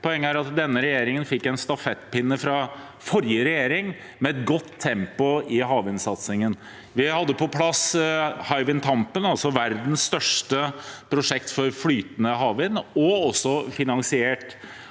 Poenget er at denne regjeringen fikk en stafettpinne fra forrige regjering, med et godt tempo i havvindsatsingen. Vi hadde på plass Hywind Tampen, altså verdens største prosjekt for flytende havvind – og også finansiert.